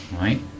right